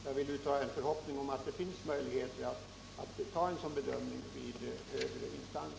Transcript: Jag uttalar en förhoppning om att det finns möjlighet att göra en sådan bedömning i högre instans.